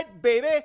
baby